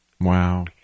Wow